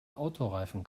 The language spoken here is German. autoreifen